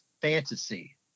fantasy